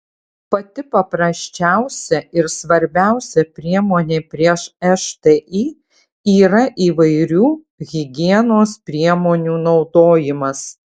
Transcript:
pati paprasčiausia ir svarbiausia priemonė prieš šti yra įvairių higienos priemonių naudojimas